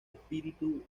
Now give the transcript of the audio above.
espíritu